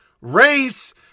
race